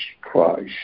Christ